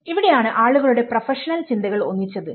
ഇവിടെയാണ് ആളുകളുടെ പ്രൊഫഷണൽ ചിന്തകൾ ഒന്നിച്ചത്